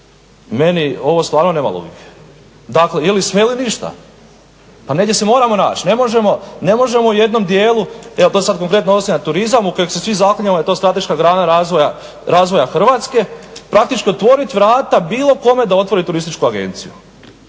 Meni ovo stvarno nema logike, dakle ili sve ili ništa, pa negdje se moramo naći. Ne možemo u jednom dijelu, to se sad konkretno odnosi na turizam u koji se svi zaklinjemo da je to strateška grana razvoja Hrvatske, praktički otvorit vrata bilo kome da otvori turističku agenciju.